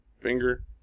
finger